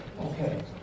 Okay